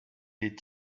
est